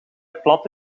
plat